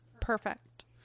Perfect